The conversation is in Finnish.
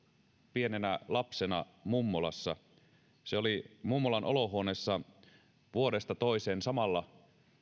pienenä lapsena mummolassa se oli mummolan olohuoneessa vuodesta toiseen samalla